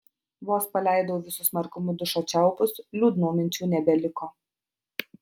vos paleidau visu smarkumu dušo čiaupus liūdnų minčių nebeliko